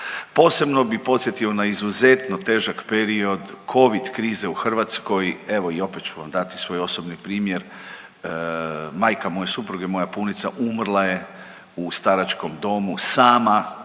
Posebno bi podsjetio na izuzetno težak period covid krize u Hrvatskoj, evo i opet ću vam dati svoj osobni primjer. Majka moje supruge, moja punica umrla je u staračkom domu sama bez da smo